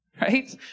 right